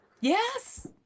yes